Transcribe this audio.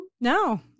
No